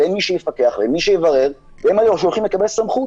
ואין מי שיפקח ומי שיברר והם אלו שהולכים לקבל סמכות